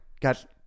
got